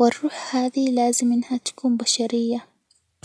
والروح هذي لازم إنها تكون بشرية.